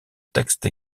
texte